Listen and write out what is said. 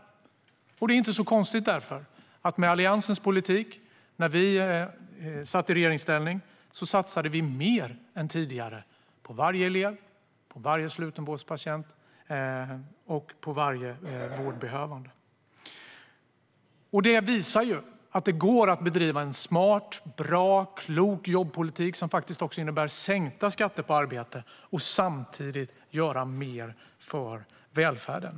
Det är därför inte så konstigt att vi med Alliansens politik när vi satt i regeringsställning satsade mer än tidigare på varje elev, varje slutenvårdspatient och varje vårdbehövande. Det visar att det går att bedriva en smart, bra och klok jobbpolitik som också innebär sänkta skatter på arbete och samtidigt göra mer för välfärden.